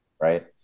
Right